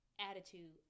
attitude